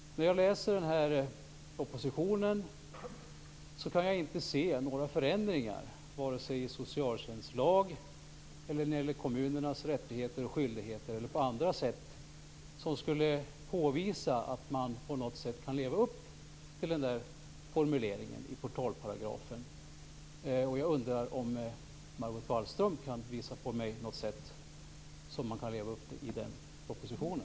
När jag läser propositionen kan jag inte se några förändringar vare sig i socialtjänstlag eller i kommunernas rättigheter och skyldigheter eller annat som skulle påvisa att man kan leva upp till formuleringen i portalparagrafen. Jag undrar om Margot Wallström kan visa på något sätt att leva upp till den.